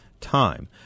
time